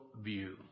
view